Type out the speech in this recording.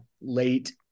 late